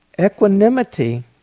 Equanimity